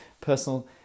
personal